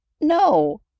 No